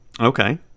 Okay